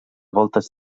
voltes